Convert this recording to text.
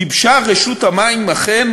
גיבשה רשות המים אכן